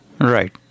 Right